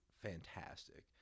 fantastic